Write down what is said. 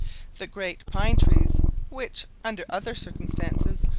the great pine-trees which, under other circumstances,